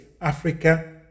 Africa